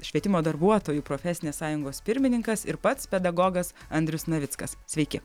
švietimo darbuotojų profesinės sąjungos pirmininkas ir pats pedagogas andrius navickas sveiki